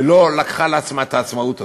ולא לקחה על עצמה את העצמאות הזאת,